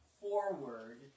forward